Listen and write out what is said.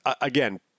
again